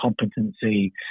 competency